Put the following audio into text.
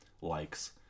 likes